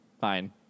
Fine